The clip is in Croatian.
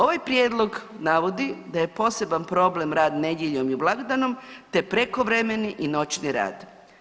Ovaj prijedlog navodi da je poseban problem rad nedjeljom i blagdanom te prekovremeni i noćni rad.